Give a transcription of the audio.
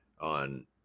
on